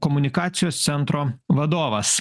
komunikacijos centro vadovas